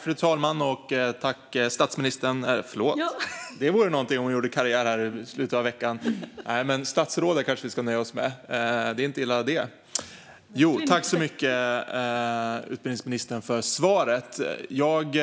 Fru talman! Tack så mycket, utbildningsministern, för svaret! Jag